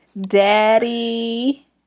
Daddy